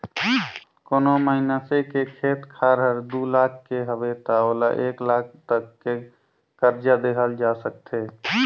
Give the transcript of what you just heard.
कोनो मइनसे के खेत खार हर दू लाख के हवे त ओला एक लाख तक के करजा देहल जा सकथे